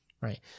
Right